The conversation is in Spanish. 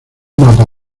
mapa